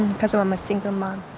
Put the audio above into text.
because i'm a single mum.